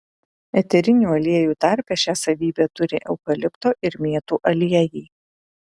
eterinių aliejų tarpe šią savybę turi eukalipto ir mėtų aliejai